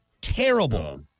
Terrible